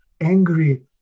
angry